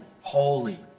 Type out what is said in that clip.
holy